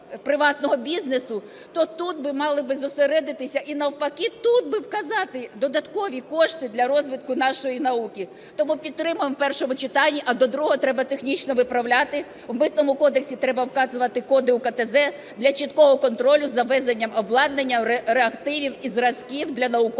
то тут мали б зосередитися і навпаки тут би вказати додаткові кошти для розвитку нашої науки. Тому підтримуємо в першому читанні, а до другого треба технічно виправляти. В Митному кодексі треба вказувати коди УКТ ЗЕД для чіткого контролю за ввезенням обладнання, реактивів і зразків для наукової діяльності.